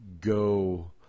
go